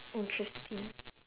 interesting